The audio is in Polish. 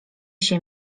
się